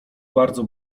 bardzo